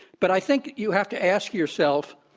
but i think you have to ask yourself,